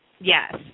Yes